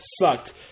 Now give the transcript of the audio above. sucked